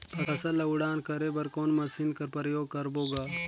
फसल ल उड़ान करे बर कोन मशीन कर प्रयोग करबो ग?